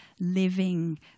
living